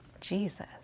Jesus